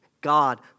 God